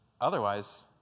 otherwise